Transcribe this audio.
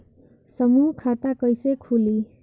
समूह खाता कैसे खुली?